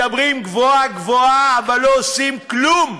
מדברים גבוהה-גבוהה אבל לא עושים כלום.